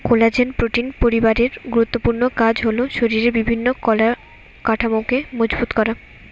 collagen protein পরিবারের গুরুত্বপূর্ণ কাজ হল শরিরের বিভিন্ন কলার কাঠামোকে মজবুত করা